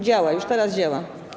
Działa, już teraz działa.